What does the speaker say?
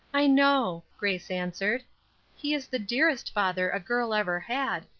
i know, grace answered he is the dearest father a girl ever had,